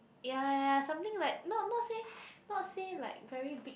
ya ya ya something like not not say not say like very big